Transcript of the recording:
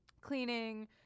cleaning